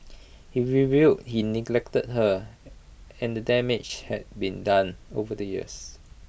he revealed he neglected her and damage had been done over the years